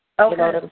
Okay